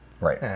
Right